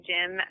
Jim